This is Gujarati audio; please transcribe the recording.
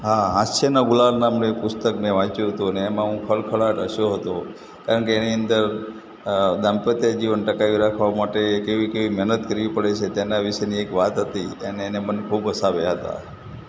હા હાસ્યના ગુલાલ નામનું એક પુસ્તક મેં વાંચ્યું હતું અને એમાં હું ખળખળાટ હસ્યો હતો કારણ કે એની અંદર અ દાંપત્ય જીવન ટકાવી રાખવા માટે કેવી કેવી મહેનત કરવી પડે છે તેના વિશેની એક વાત હતી એણે મને ખૂબ હસાવ્યાં હતાં